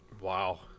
Wow